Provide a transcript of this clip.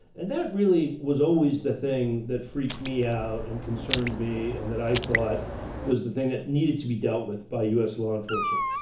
and that really was always the thing that freaked me out and concerned me. and that i thought was the thing that needed to be dealt with by u s. law enforcement.